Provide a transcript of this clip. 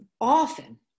often